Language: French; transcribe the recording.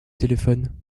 téléphone